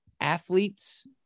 athletes